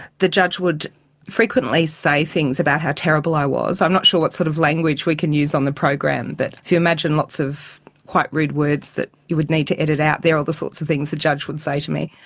the judge would frequently say things about how terrible i was. i'm not sure what sort of language we can use on the program, but if you imagine lots of quite rude words that you would need to edit out, they are the sorts of things the judge would say to me.